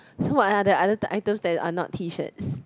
so what are your other items that are not T-shirts